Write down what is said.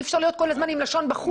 אי אפשר להיות כל הזמן עם הלשון בחוץ.